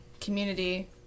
community